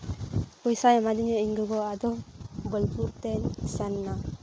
ᱯᱚᱭᱥᱟᱭ ᱮᱢᱟᱫᱤᱧᱟᱹ ᱤᱧ ᱜᱚᱜᱚ ᱟᱫᱚ ᱵᱳᱞᱯᱩᱨ ᱛᱮᱧ ᱥᱮᱱ ᱮᱱᱟ